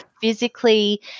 physically